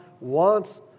wants